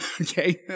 okay